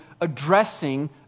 addressing